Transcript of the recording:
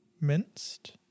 Minced